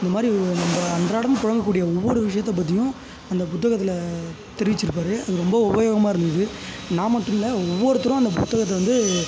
இந்த மாதிரி நம்ம அன்றாடம் புழங்கக்கூடிய ஒவ்வொரு விஷயத்தை பற்றியும் அந்த புத்தகத்தில் தெரிவிச்சிருப்பார் அது ரொம்ப உபயோகமாக இருந்தது நான் மட்டும் இல்லை ஒவ்வொருத்தரும் அந்த புத்தகத்தை வந்து